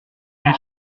les